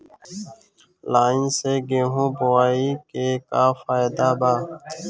Line से गेहूं बोआई के का फायदा बा?